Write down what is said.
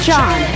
John